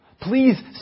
Please